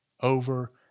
over